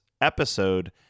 episode